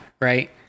right